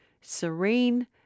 serene